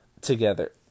together